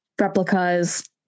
replicas